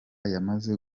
yamaze